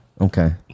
Okay